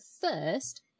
first